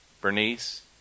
Bernice